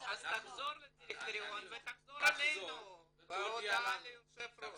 אז תחזור לדירקטוריון ותחזור אלינו בהודעה ליושב הראש.